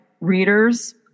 readers